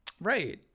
right